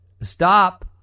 Stop